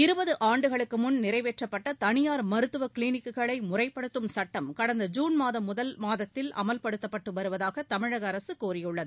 இருபது ஆண்டுகளுக்கு முன் நிறைவேற்றப்பட்ட தனியார் மருத்துவ க்ளினீக்குகளை முறைப்படுத்தும் சுட்டம் கடந்த ஜூன் மாதம் முதல் மாநிலத்தில் அமல்படுத்தப்பட்டு வருவதாக தமிழக அரசு கூறியுள்ளது